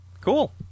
Cool